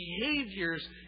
behaviors